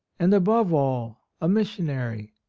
and above all a missionary!